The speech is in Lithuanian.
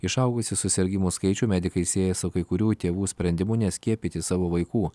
išaugusį susirgimų skaičių medikai sieja su kai kurių tėvų sprendimu neskiepyti savo vaikų